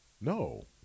No